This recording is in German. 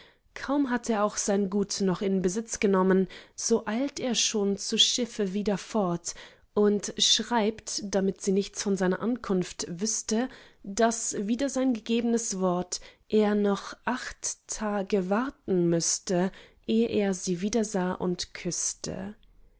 kaum hat er auch sein gut noch in besitz genommen so eilt er schon zu schiffe wieder fort und schreibt damit sie nichts von seiner ankunft wüßte daß wider sein gegebnes wort er noch acht tage warten müßte eh er sie wiedersah und küßte